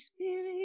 spirit